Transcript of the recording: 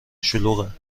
شلوغه